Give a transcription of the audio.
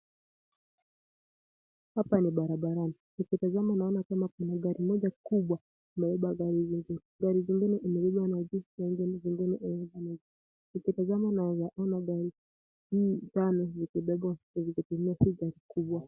Hapa ni barabarani, nikitazama naona kama kuna gari moja kubwa imebeba gari zingine. Gari zingine imebeba na juu na gari zingine zimebebwa na chini nikitazama naweza ona gari tano zimebebwa kwenye gari kubwa.